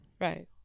Right